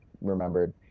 remembered